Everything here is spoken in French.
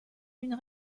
une